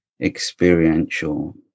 experiential